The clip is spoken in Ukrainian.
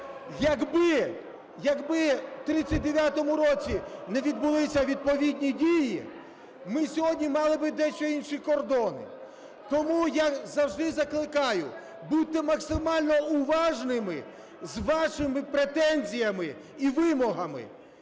якби в 39-му році не відбулися відповідні дії, ми сьогодні мали би дещо інші кордони. Тому я завжди закликаю: будьте максимально уважними з вашими претензіями і вимогами.